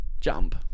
jump